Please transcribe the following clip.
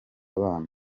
abana